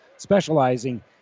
specializing